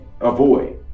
avoid